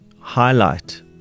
highlight